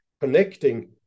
connecting